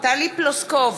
טלי פלוסקוב,